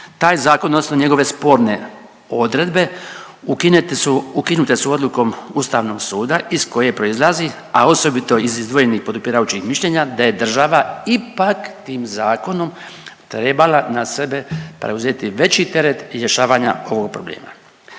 taj zakon odnosno njegove sporne odredbe ukinute su, ukinute su odlukom Ustavnog suda iz koje proizlazi, a osobito iz izdvojenih podupirujućih mišljenja, da je država ipak tim zakonom trebala na sebe preuzeti veći teret rješavanja ovog problema.